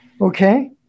okay